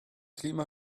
klima